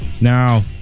Now